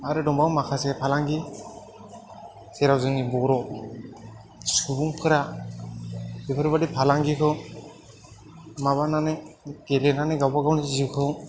आरो दंबाव माखासे फालांगि जेराव जोंनि बर' सुबुंफोरा बेफोरबादि फालांगिखौ माबानानै गेलेनानै गावबा गावनि जिउखौ